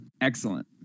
Excellent